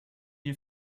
you